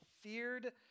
feared